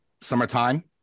summertime